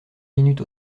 minute